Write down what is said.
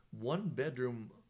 one-bedroom